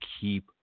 keep